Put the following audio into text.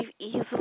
easily